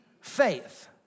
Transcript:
faith